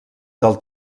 del